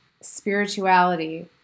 spirituality